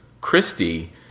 Christie